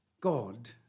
God